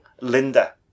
Linda